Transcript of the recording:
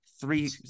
three